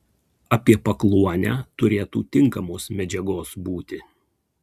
apie pakluonę turėtų tinkamos medžiagos būti